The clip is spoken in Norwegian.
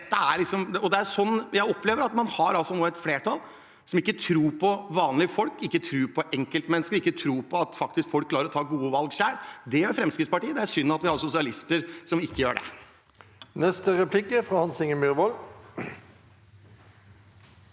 Jeg opplever at det nå er et flertall som ikke tror på vanlige folk, ikke tror på enkeltmennesket, ikke tror på at folk klarer å ta gode valg selv. Det gjør Fremskrittspartiet, men det er synd at det er sosialister som ikke gjør det.